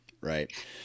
Right